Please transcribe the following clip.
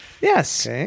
Yes